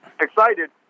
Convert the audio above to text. excited